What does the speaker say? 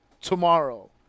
tomorrow